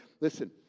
listen